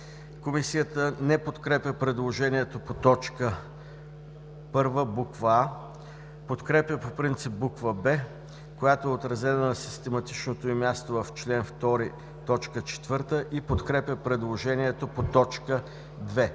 Комисията не подкрепя предложението по т. 1, буква „а“, подкрепя по принцип буква „б“, която е отразена на систематичното й място в чл. 2, т. 4 и подкрепя предложението по т. 2.